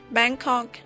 Bangkok